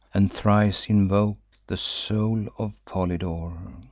and thrice invoke the soul of polydore.